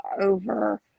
over